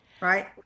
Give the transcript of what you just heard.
Right